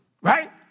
right